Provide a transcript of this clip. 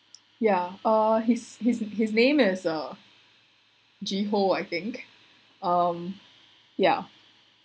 yeah uh his his his name is uh ji ho I think um yeah